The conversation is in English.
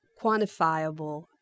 quantifiable